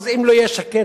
אז אם לא יהיה שקט,